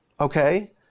okay